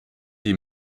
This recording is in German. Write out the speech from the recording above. die